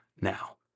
now